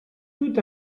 tout